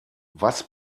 was